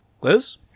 Liz